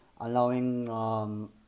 allowing